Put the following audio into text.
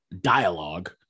dialogue